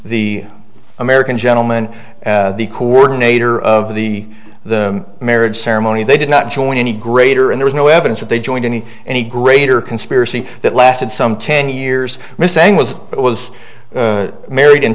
the american gentleman the coordinator of the the marriage ceremony they did not join any greater and there's no evidence that they joined any any greater conspiracy that lasted some ten years missing was it was married in